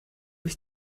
ich